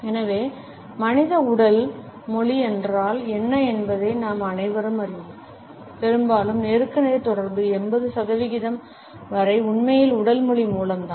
எனவே மனித உடல் மொழி என்றால் என்ன என்பதை நாம் அனைவரும் அறிவோம் பெரும்பாலும் நேருக்கு நேர் தொடர்பு 80 சதவிகிதம் வரை உண்மையில் உடல் மொழி மூலம் தான்